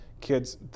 kids